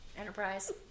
enterprise